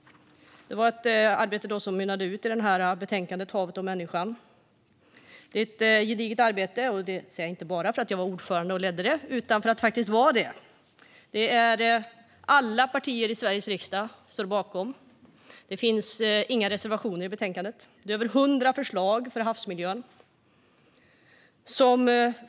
Det var ett arbete som mynnade ut i betänkandet Havet och människan . Det var ett gediget arbete, och det säger jag inte bara för att jag var ordförande och ledde arbetet utan för att det faktiskt var det. Alla partier i Sveriges riksdag stod bakom det. Det finns inga reservationer i betänkandet. Det är över 100 förslag för havsmiljön.